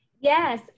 Yes